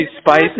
Spice